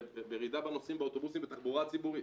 ירידה בנוסעים באוטובוסים בתחבורה הציבורית